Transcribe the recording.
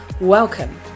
welcome